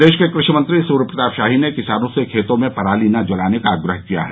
प्रदेश के कृषि मंत्री सूर्यप्रताप शाही ने किसानों से खेतों में पराली न जलाने का आग्रह किया है